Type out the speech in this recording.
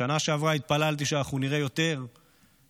בשנה שעברה התפללתי שאנחנו נראה יותר שותפות